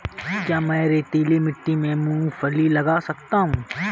क्या मैं रेतीली मिट्टी में मूँगफली लगा सकता हूँ?